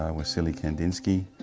um wassily kandinsky,